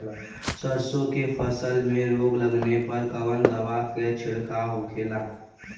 सरसों की फसल में रोग लगने पर कौन दवा के छिड़काव होखेला?